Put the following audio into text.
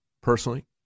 personally